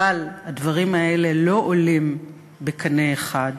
אבל הדברים האלה לא עולים בקנה אחד